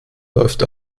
läuft